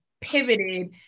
pivoted